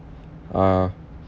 uh